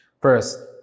First